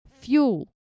fuel